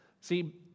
See